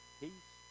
peace